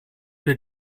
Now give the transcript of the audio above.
wir